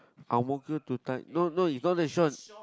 Ang-Mo-Kio to Tai~ no no it's not that short